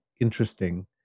interesting